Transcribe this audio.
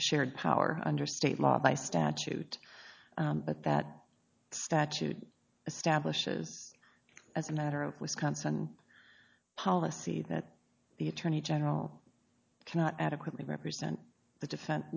a shared power under state law by statute but that statute establishes as a matter of wisconsin policy that the attorney general cannot adequately represent the defense